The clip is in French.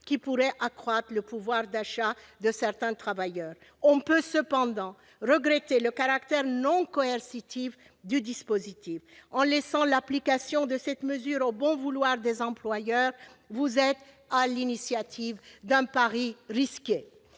qui pourrait accroître le pouvoir d'achat de certains travailleurs. On peut cependant regretter le caractère non coercitif du dispositif. En laissant l'application de cette mesure au bon vouloir des employeurs, le Gouvernement prend un pari risqué.